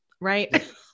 right